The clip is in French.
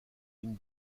une